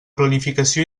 planificació